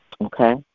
okay